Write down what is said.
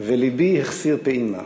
ולבי החסיר פעימה.